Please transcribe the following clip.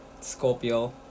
Scorpio